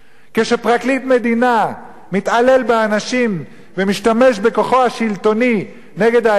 כשפרקליט מדינה מתעלל באנשים ומשתמש בכוחו השלטוני נגד האזרח,